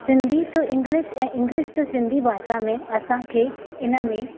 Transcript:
Sindhi to English ऐं English to Sindhi भाषा में असां खे इन में